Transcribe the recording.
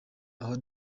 aho